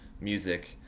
music